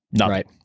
right